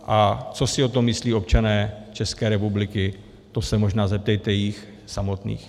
A co si o tom myslí občané České republiky, to se možná zeptejte jich samotných.